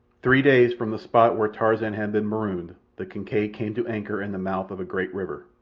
three days from the spot where tarzan had been marooned the kincaid came to anchor in the mouth of a great river,